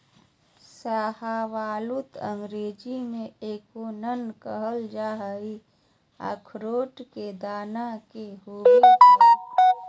शाहबलूत अंग्रेजी में एकोर्न कहल जा हई, अखरोट के दाना के होव हई